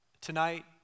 Tonight